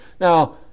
Now